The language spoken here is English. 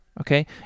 okay